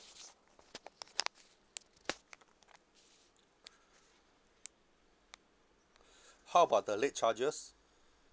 how about the late charges